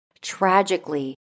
Tragically